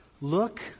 look